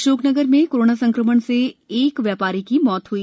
अशोकनगर में कोरोना संक्रमण से एक व्यपारी की मृत्यु हुई